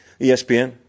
ESPN